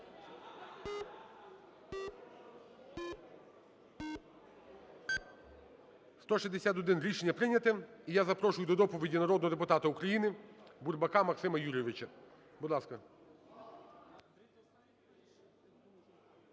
За-161 Рішення прийняте. І я запрошую до доповіді народного депутата України Бурбака Максима Юрійовича. Будь ласка.